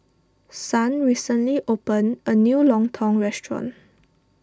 Son recently opened a new Lontong restaurant